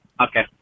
Okay